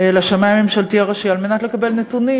לשמאי הממשלתי הראשי על מנת לקבל נתונים.